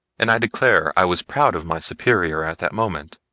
and i declare i was proud of my superior at that moment,